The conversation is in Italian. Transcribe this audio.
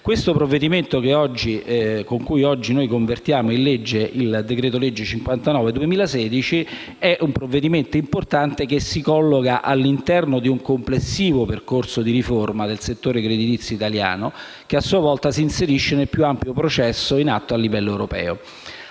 che oggi ci accingiamo a convertire in legge è un provvedimento importante che si colloca all'interno di un complessivo percorso di riforma del settore creditizio italiano, che a sua volta si inserisce nel più ampio processo in atto a livello europeo.